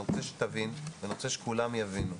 אני רוצה שתבין ואני רוצה שכולם יבינו,